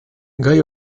gai